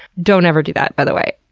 don't ever do that by the way.